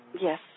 Yes